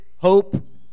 Hope